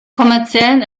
kommerziellen